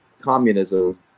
communism